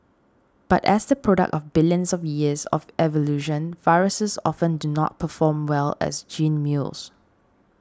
but as the product of billions of years of evolution viruses often do not perform well as gene mules